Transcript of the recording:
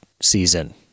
season